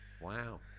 Wow